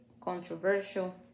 controversial